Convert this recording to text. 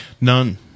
None